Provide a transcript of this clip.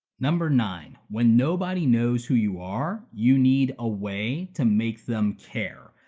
number nine, when nobody knows who you are, you need a way to make them care.